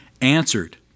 answered